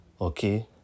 Okay